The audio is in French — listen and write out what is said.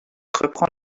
reprend